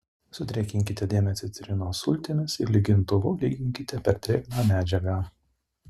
sudrėkinkite dėmę citrinos sultimis ir lygintuvu lyginkite per drėgną medžiagą